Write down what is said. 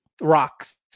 rocks